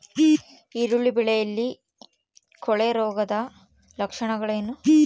ಈರುಳ್ಳಿ ಬೆಳೆಯಲ್ಲಿ ಕೊಳೆರೋಗದ ಲಕ್ಷಣಗಳೇನು?